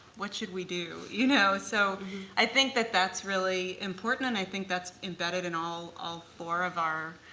what should we do? you know so i think that that's really important. and i think that's embedded in all all four of our